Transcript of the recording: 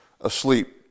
asleep